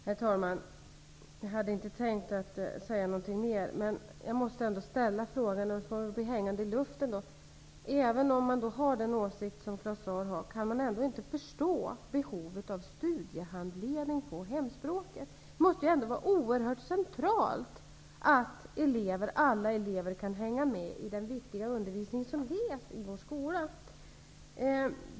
Herr talman! Jag hade inte tänkt att säga något mer, men jag måste ändå få ställa en fråga. Den får väl bli hängande i luften. Kan man ändå inte förstå behovet av studiehandledning på hemspråket, även om man har den åsikt som Claus Zaar har? Det måste vara oerhört centralt att alla elever kan hänga med i den viktiga undervisning som ges i vår skola.